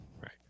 Right